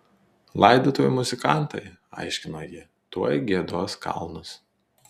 laidotuvių muzikantai aiškino ji tuoj giedos kalnus